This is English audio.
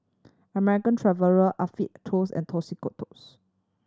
American Traveller Afiq Tools and Tostitos